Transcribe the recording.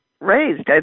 raised